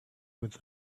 with